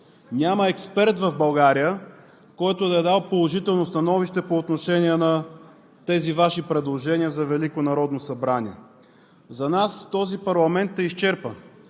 Няма експерт в България, който да е дал положително становище по отношение на тези Ваши предложения за Велико народно събрание. За нас този парламент е изчерпан.